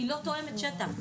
היא לא תואמת שטח,